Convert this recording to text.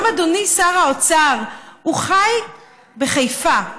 גם אדוני שר האוצר חי בחיפה.